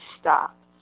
stop